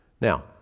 Now